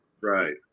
Right